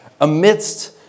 amidst